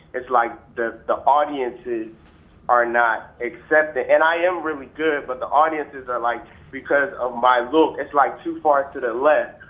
it's like the the audiences are not accepting, and i am really good. but the audiences are like, because of my look, it's like too far to the left.